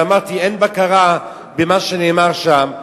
ואמרתי שאין בקרה במה שנאמר שם.